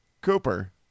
Cooper